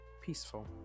Peaceful